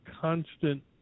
constant